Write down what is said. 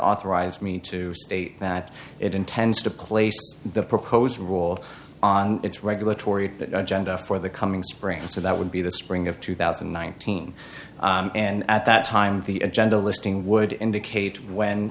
authorized me to say that it intends to place the proposed rule on its regulatory genda for the coming spring and so that would be the spring of two thousand and nineteen and at that time the agenda listing would indicate